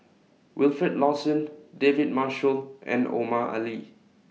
Wilfed Lawson David Marshall and Omar Ali